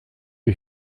you